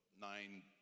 nine